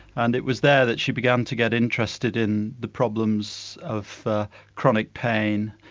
and it was there that she began to get interested in the problems of ah chronic pain,